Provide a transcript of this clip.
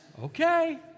okay